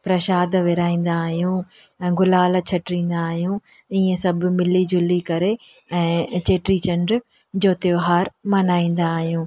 प्रशादु विररिहाईंदा आहियूं ऐं गुलाल छटींदा आहियूं ऐं ईअं सभु मिली जुली करे ऐं चेटी चंडु जो त्योहार मल्हाईंदा आहियूं